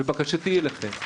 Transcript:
ובקשתי אליכם,